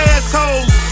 assholes